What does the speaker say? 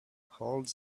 holds